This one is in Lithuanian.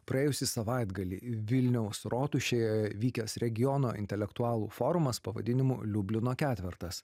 praėjusį savaitgalį vilniaus rotušėje vykęs regiono intelektualų forumas pavadinimu liublino ketvertas